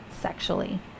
sexually